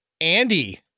Andy